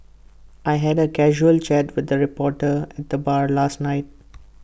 I had A casual chat with A reporter at the bar last night